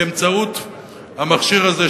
באמצעות המכשיר הזה,